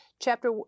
chapter